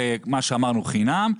מה שאמרנו חינם,